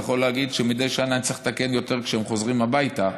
יכול להגיד שמדי שנה אני צריך לתקן יותר כשהם חוזרים הביתה,